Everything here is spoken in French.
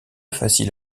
facile